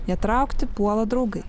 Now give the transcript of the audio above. ją traukti puola draugai